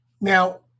Now